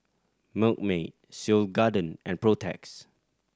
Milkmaid Seoul Garden and Protex